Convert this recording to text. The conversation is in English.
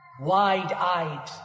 wide-eyed